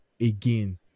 again